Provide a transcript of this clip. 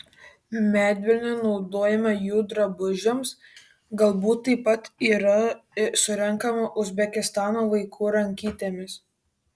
medvilnė naudojama jų drabužiams galbūt taip pat yra surenkama uzbekistano vaikų rankytėmis